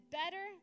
better